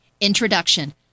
Introduction